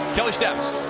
kelli stavast.